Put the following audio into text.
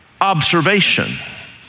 observation